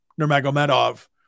Nurmagomedov